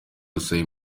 gusaba